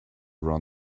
run